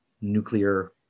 nuclear